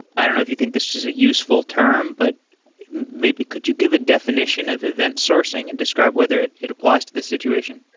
i don't know if you think this is a useful term, but maybe could you give a definition of event sourcing and describe whether it it applies to this situation.